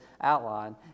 outline